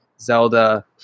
zelda